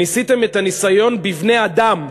עשיתם את הניסיון בבני-אדם,